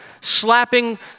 slapping